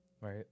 right